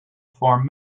forms